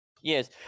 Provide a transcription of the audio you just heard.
Yes